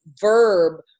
verb